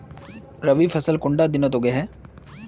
रवि फसल कुंडा दिनोत उगैहे?